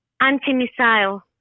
anti-missile